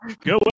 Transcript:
Go